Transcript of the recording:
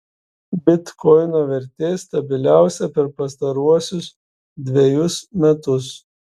bitkoino vertė stabiliausia per pastaruosius dvejus metus